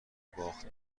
باخت